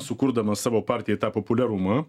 sukurdamas savo partijai tą populiarumu